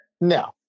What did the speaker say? No